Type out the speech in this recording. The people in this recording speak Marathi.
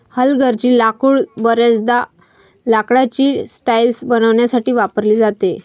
हलगर्जी लाकूड बर्याचदा लाकडाची टाइल्स बनवण्यासाठी वापरली जाते